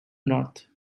north